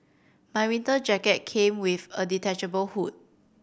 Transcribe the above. my winter jacket came with a detachable hood